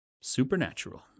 Supernatural